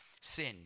sin